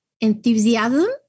enthusiasm